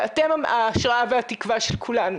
ואתם ההשראה והתקווה של כולנו,